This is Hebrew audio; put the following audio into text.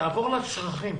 תעבור לצרכים.